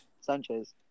Sanchez